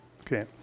Okay